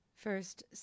First